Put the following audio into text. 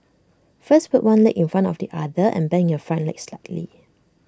first put one leg in front of the other and bend your front leg slightly